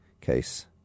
case